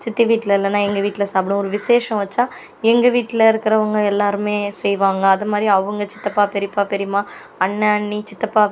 சித்தி வீட்டில் இல்லைனா எங்கள் வீட்டில் சாப்பிடுவோம் ஒரு விசேஷம் வைச்சா எங்கள் வீட்டில் இருக்கிறவங்க எல்லோருமே செய்வாங்க அதுமாதிரி அவங்க சித்தப்பா பெரியப்பா பெரியம்மா அண்ணண் அண்ணி சித்தப்பா